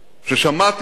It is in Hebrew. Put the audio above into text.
ששמעתי את